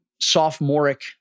sophomoric